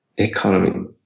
economy